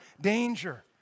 danger